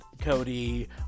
Cody